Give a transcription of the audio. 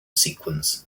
sequence